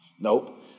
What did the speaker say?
nope